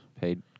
Paid